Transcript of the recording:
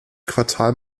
quartal